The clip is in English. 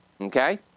Okay